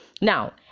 Now